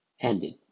Ended